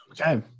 okay